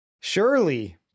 Surely